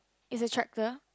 is a tracker